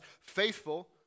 faithful